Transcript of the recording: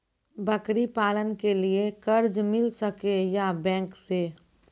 बकरी पालन के लिए कर्ज मिल सके या बैंक से?